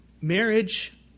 marriage